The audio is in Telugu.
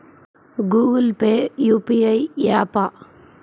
గూగుల్ పే యూ.పీ.ఐ య్యాపా?